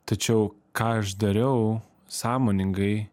tačiau ką aš dariau sąmoningai